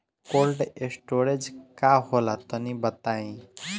Cold storage का होला तनि बताई?